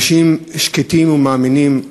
אנשים שקטים ומאמינים,